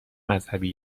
مذهبی